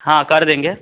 हाँ कर देंगे